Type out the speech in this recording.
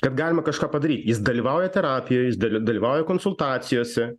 kad galima kažką padaryt jis dalyvauja terapijoj jis daly dalyvauja konsultacijose